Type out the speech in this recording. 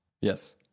Yes